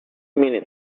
minute